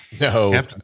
No